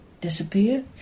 disappear